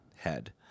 head